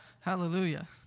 Hallelujah